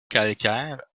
calcaire